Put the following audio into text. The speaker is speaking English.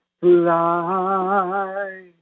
fly